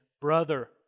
brother